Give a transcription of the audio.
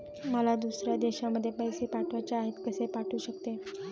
मला दुसऱ्या देशामध्ये पैसे पाठवायचे आहेत कसे पाठवू शकते?